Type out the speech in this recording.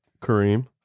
Kareem